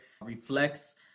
reflects